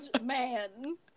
man